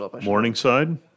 Morningside